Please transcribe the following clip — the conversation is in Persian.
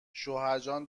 شوهرجان